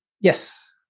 Yes